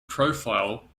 profile